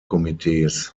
komitees